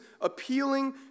appealing